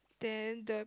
then the